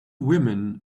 women